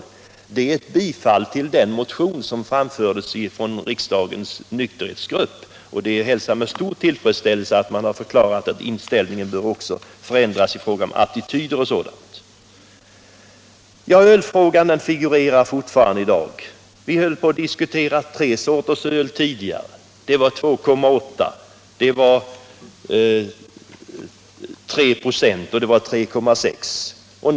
Det är ett bifall till den motion som väckts från riksdagens nykterhetsgrupp. Jag hälsar med stor tillfredsställelse att man förklarar att inställningen i fråga om attityder och liknande till alkoholer bör förändras. Ölfrågan figurerar fortfarande. Tidigare diskuterade vi tre sorters öl med alkoholhalterna 2,8 96, 3 26 och 3,6 96.